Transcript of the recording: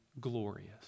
glorious